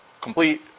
complete